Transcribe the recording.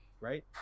right